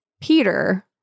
Peter